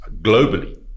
globally